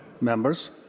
members